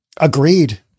Agreed